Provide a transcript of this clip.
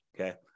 Okay